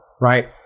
Right